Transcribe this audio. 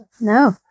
No